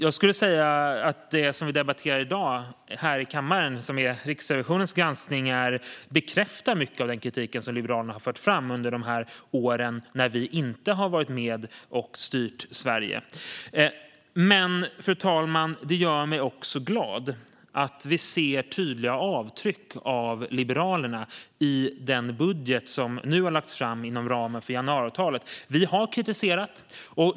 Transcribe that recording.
Riksrevisionens granskning, som dagens debatt handlar om, bekräftar mycket av den kritik som Liberalerna har fört fram under de år som vi inte har varit med och styrt Sverige. Fru talman! Det gör mig också glad att vi ser tydliga avtryck av Liberalerna i den budget som har lagts fram inom ramen för januariavtalet.